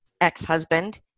ex-husband